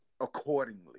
accordingly